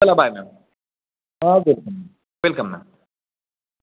चला bye ma'am welcome ma'am